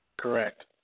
correct